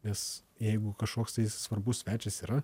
nes jeigu kažkoks tai svarbus svečias yra